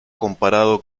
comparado